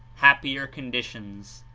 happier conditions.